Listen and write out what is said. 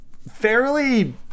Fairly